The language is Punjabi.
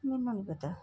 ਮੈਨੂੰ ਨਹੀਂ ਪਤਾ